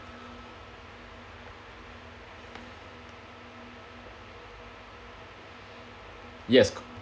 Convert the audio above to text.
yes